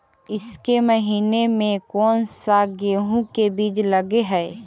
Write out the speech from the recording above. ईसके महीने मे कोन सा गेहूं के बीज लगे है?